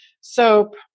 soap